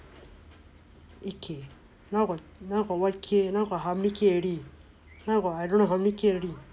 eight K now got what K now got how many K already now got I don't know how many K already